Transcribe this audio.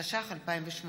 התשע"ח 2018,